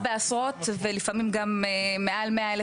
מדובר בעשרות ולפעמים גם מעל 100,000